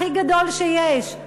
הכי גדול שיש,